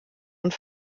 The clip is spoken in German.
und